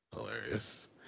Hilarious